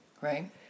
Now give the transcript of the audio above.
Right